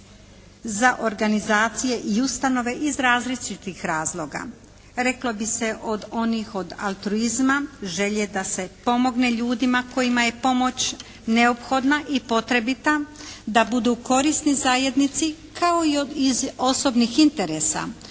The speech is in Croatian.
za organizacije i ustanove iz različitih razloga. Reklo bi se od onih od altruizma, želje da se pomogne ljudima kojima je pomoć neophodna i potrebita. Da budu korisni zajednici. Kao i od, iz osobnih interesa.